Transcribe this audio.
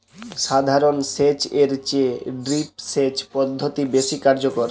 সাধারণ সেচ এর চেয়ে ড্রিপ সেচ পদ্ধতি বেশি কার্যকর